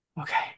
Okay